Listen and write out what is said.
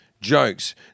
jokes